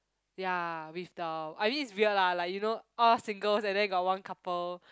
ya with the I mean it's weird lah you know all singles and then you got one couple